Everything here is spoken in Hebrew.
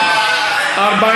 נתקבלה.